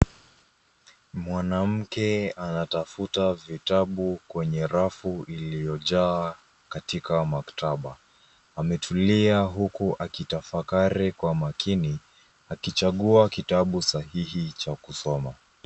Mwanamke anatafuta vitabu kwenye rafu iliyojaa katika maktaba. Ametulia huku akitafakari kwa umakini akichagua kitabu sahihi cha kusoma.